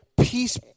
peace